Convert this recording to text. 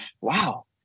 wow